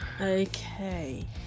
Okay